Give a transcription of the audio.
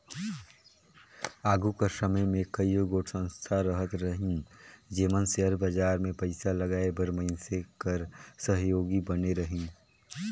आघु कर समे में कइयो गोट संस्था रहत रहिन जेमन सेयर बजार में पइसा लगाए बर मइनसे कर सहयोगी बने रहिन